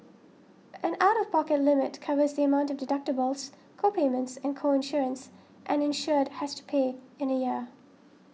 an out of pocket limit covers the amount of deductibles co payments and co insurance an insured has to pay in a year